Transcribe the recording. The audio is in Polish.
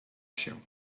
się